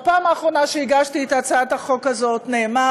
בפעם האחרונה שהגשתי את הצעת החוק הזאת נאמר,